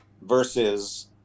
versus